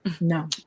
No